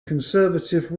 conservative